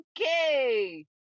okay